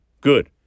good